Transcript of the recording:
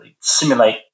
simulate